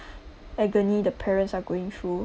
agony the parents are going through